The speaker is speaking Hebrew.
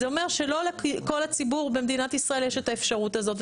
זה אומר שלא לכל הציבור במדינת ישראל יש את האפשרות הזאת.